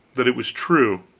that it was true